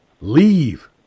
leave